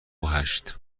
هشت